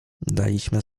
daliśmy